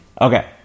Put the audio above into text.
Okay